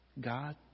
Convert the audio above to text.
God